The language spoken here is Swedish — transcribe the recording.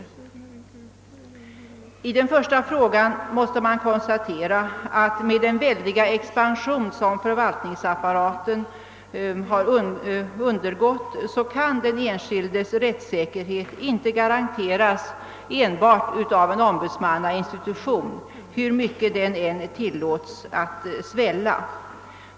Vad den första frågan beträffar måste man konstatera, att med den väldiga expansion som förvaltningsapparaten har undergått kan den enskildes rättssäkerhet inte garanteras enbart av ombudsmannainstitutionen hur mycket denna än tillåtes att svälla.